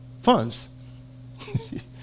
funds